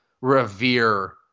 revere